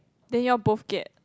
then you both get